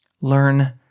Learn